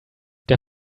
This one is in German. der